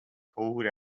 cold